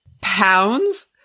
Pounds